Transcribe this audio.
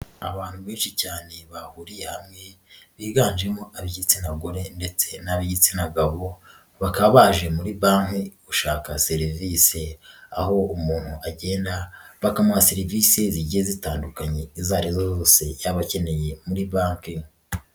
Abantu benshi cyane bahuriye hamwe, biganjemo ab'igitsina gore ndetse n'ab'igitsina gabo bakaba baje muri banki gushaka serivisi, aho umuntu agenda bakamuha serivisi zigiye zitandukanye izo ari zo zose yaba akeneye muri banki.